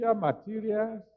materials